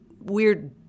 weird